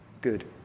good